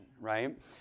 right